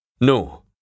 No